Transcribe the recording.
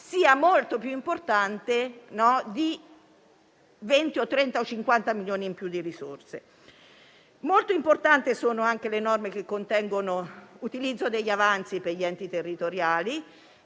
sia molto più importante di 20, 30 o 50 milioni in più di risorse. Sono altresì molto importanti le norme che contengono l'utilizzo degli avanzi per gli enti territoriali.